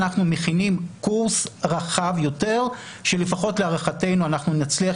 אנחנו מכינים קורס רחב יותר שלפחות להערכתנו אנחנו נצליח